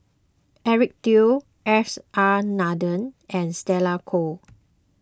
Eric Teo S R Nathan and Stella Kon